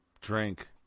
drink